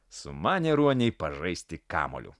sumanė ruoniai pažaisti kamuoliu